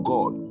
God